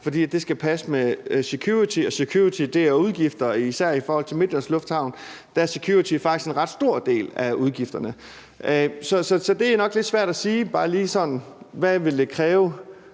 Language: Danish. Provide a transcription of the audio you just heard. fordi det skal passe med security, og security er udgifter. Især i forhold til Midtjyllands Lufthavn er security faktisk en ret stor del af udgifterne. Så det er nok lidt svært bare lige sådan at sige, hvad